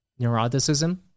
neuroticism